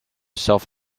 self